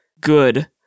good